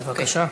בבקשה.